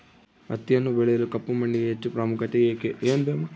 ಹತ್ತಿಯನ್ನು ಬೆಳೆಯಲು ಕಪ್ಪು ಮಣ್ಣಿಗೆ ಹೆಚ್ಚು ಪ್ರಾಮುಖ್ಯತೆ ಏಕೆ?